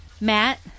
Matt